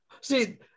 see